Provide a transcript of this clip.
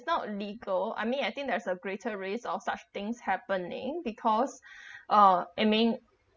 not legal I mean I think there's a greater risk of such things happening because uh it mean